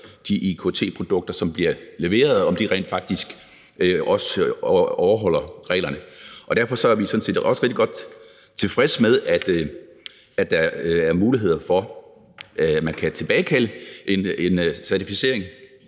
de IKT-produkter, som bliver leveret, rent faktisk også overholder reglerne. Derfor er vi sådan set også rigtig godt tilfredse med, at der er muligheder for, at man kan tilbagekalde en certificering,